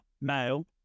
male